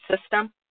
system